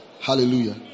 Hallelujah